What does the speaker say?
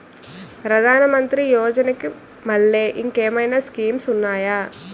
ప్రధాన మంత్రి యోజన కి మల్లె ఇంకేమైనా స్కీమ్స్ ఉన్నాయా?